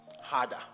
harder